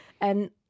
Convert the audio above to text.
And-